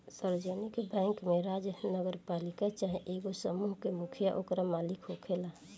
सार्वजानिक बैंक में राज्य, नगरपालिका चाहे एगो समूह के मुखिया ओकर मालिक होखेला